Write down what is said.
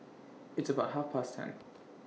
its about Half Past ten